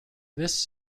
this